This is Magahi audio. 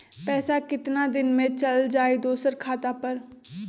पैसा कितना दिन में चल जाई दुसर खाता पर?